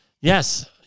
Yes